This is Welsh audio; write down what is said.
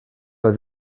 oedd